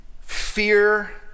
Fear